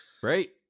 Great